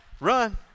Run